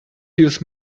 use